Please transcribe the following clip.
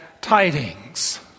tidings